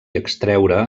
extreure